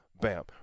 Bam